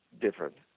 different